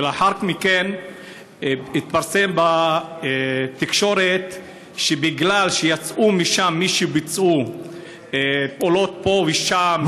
ולאחר מכן התפרסם בתקשורת שבגלל שיצאו משם מי שביצעו פעולות פה ושם,